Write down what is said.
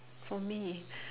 for me